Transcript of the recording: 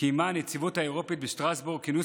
קיימה הנציבות האירופית בשטרסבורג כינוס